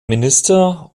minister